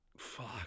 Fuck